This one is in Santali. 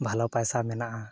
ᱵᱷᱟᱞᱮ ᱯᱟᱭᱥᱟ ᱢᱮᱱᱟᱜᱼᱟ